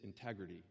integrity